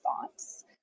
thoughts